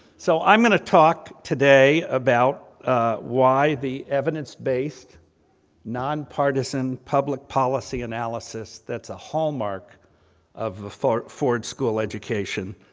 so, i'm going to talk today about why the evidence-based non-partisan public policy analysis, that's a hallmark of ford ford school education,